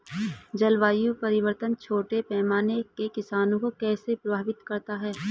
जलवायु परिवर्तन छोटे पैमाने के किसानों को कैसे प्रभावित करता है?